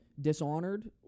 Dishonored